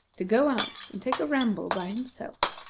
to go out and take a ramble by himself.